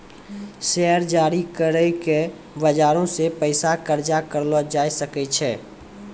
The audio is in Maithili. शेयर जारी करि के बजारो से पैसा कर्जा करलो जाय सकै छै